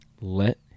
let